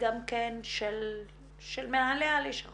שיש להן את היסודות העיקריים,